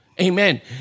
Amen